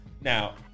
Now